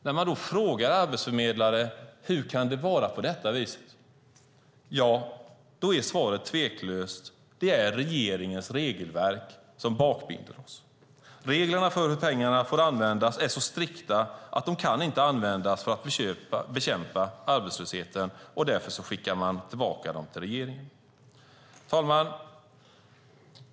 När man då frågar arbetsförmedlare hur det kan vara på detta vis är svaret tveklöst: Det är regeringens regelverk som bakbinder oss. Reglerna för hur pengarna får användas är så strikta att de inte kan användas för att bekämpa arbetslösheten, och därför skickar man tillbaka dem till regeringen. Herr talman!